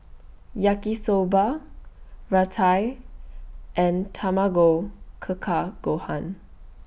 Yaki Soba Raita and Tamago Keka Gohan